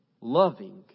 loving